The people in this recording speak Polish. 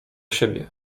siebie